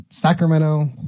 Sacramento